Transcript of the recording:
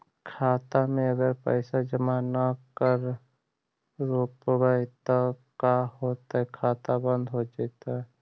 खाता मे अगर पैसा जमा न कर रोपबै त का होतै खाता बन्द हो जैतै?